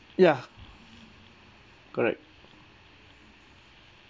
ya correct